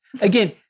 Again